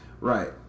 Right